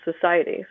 society